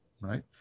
right